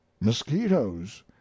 mosquitoes